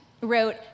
wrote